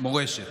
מורשת.